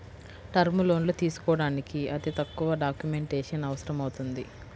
term లోన్లు తీసుకోడానికి అతి తక్కువ డాక్యుమెంటేషన్ అవసరమవుతుంది